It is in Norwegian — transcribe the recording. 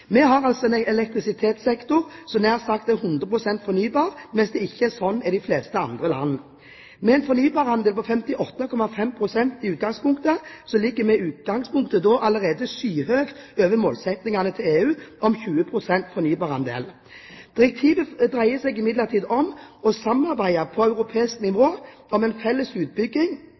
Vi har en elektrisitetssektor som nær sagt er 100 pst. fornybar, mens det ikke er slik i de fleste andre land. Med en fornybarandel på 58,5 pst. i utgangspunktet ligger vi allerede skyhøyt over målsettingen til EU om 20 pst. fornybarandel. Direktivet dreier seg imidlertid om å samarbeide på europeisk nivå om en felles utbygging